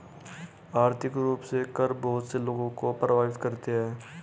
आर्थिक रूप से कर बहुत से लोगों को प्राभावित करते हैं